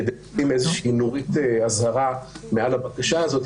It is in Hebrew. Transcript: כדי לשים איזושהי נורית אזהרה מעל הבקשה הזאת,